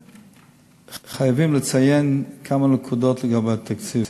וחייבים לציין כמה נקודות לגבי התקציב.